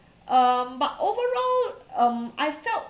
um but overall um I felt